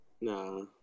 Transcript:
nah